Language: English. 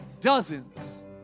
dozens